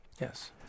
Yes